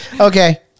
Okay